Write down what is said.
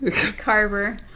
carver